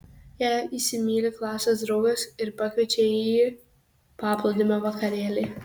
ją įsimyli klasės draugas ir pakviečia į paplūdimio vakarėlį